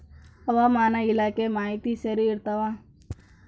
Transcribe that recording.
ಹವಾಮಾನ ಇಲಾಖೆ ಮಾಹಿತಿ ಸರಿ ಇರ್ತವ?